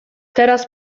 teraz